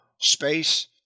space